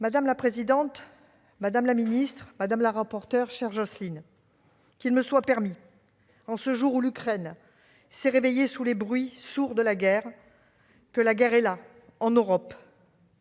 Madame la présidente, madame la ministre, madame la rapporteure, chère Jocelyne Guidez, qu'il me soit permis, en ce jour où l'Ukraine a été réveillée par le bruit sourd de la guerre, de rappeler que la guerre est là, en Europe.